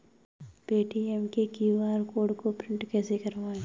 Paytm के QR code को print कैसे करवाएँ?